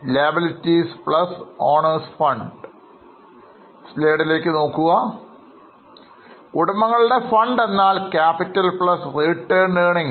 Assets Liabilities Owners Fund ഉടമകളുടെ fund എന്നാൽ Capital retained earnings ആണെന്ന് അറിയാലോ